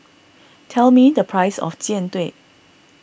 tell me the price of Jian Dui